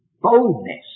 boldness